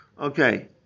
Okay